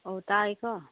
ꯑꯣ ꯇꯥꯏꯀꯣ